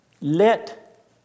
Let